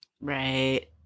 Right